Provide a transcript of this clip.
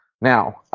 Now